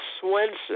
Swenson